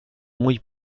muy